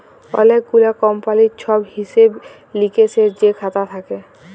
অলেক গুলা কমপালির ছব হিসেব লিকেসের যে খাতা থ্যাকে